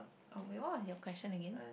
oh wait what was your question again